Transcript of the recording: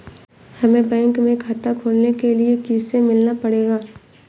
हमे बैंक में खाता खोलने के लिए किससे मिलना पड़ेगा?